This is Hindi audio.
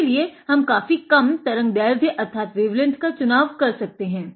इसीलिए हम काफी कम वेवलेंथ का चुनाव कर सकते हैं